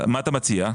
מה אתה מציע?